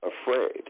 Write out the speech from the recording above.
afraid